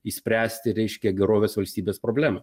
išspręsti reiškia gerovės valstybės problemą